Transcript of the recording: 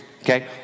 Okay